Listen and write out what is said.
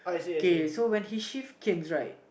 okay so when he shift came right